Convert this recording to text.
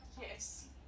Yes